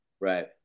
Right